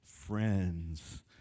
Friends